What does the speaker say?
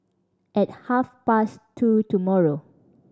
at half past two tomorrow